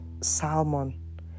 Salmon